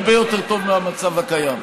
הרבה יותר טוב מהמצב הקיים.